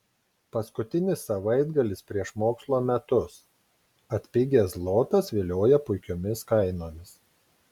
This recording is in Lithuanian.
paskutinis savaitgalis prieš mokslo metus atpigęs zlotas vilioja puikiomis kainomis